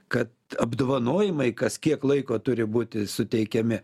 kad apdovanojimai kas kiek laiko turi būti suteikiami